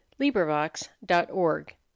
LibriVox.org